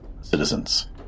citizens